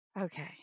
okay